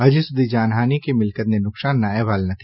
હજી સુધી જાનહાની કે મિલકતને નુકસાનના અહેવાલ નથી